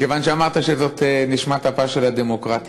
כיוון שאמרת שזאת נשמת אפה של הדמוקרטיה.